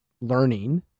learning